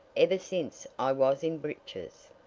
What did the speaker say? ever since i was in breeches!